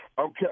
Okay